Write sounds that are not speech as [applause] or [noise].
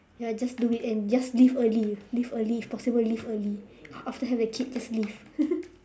ya just do it and just leave early leave early if possible leave early after have the kid just leave [laughs]